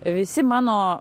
visi mano